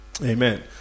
Amen